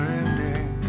ending